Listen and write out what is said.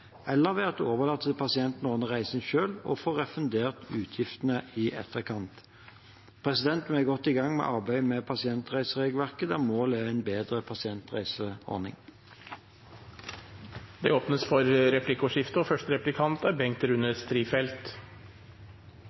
eller ved at man overlater til pasienten å ordne reisen selv og få refundert utgiftene i etterkant. Vi er godt i gang med arbeidet med pasientreiseregelverket, der målet er en bedre pasientreiseordning. Det blir replikkordskifte. Jeg regner med at statsråden er